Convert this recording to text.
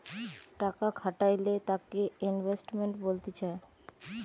টাকা খাটাইলে তাকে ইনভেস্টমেন্ট বলতিছে